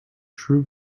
true